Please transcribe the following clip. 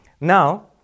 Now